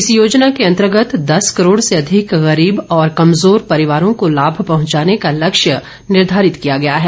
इस ्योजना के अंतर्गत दस करोड से अधिक गरीब और कमजोर परिवारों को लाभ पहंचाने का लक्ष्य निर्धारित किया गया है